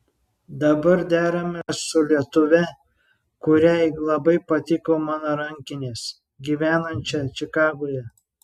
dabar deramės su lietuve kuriai labai patiko mano rankinės gyvenančia čikagoje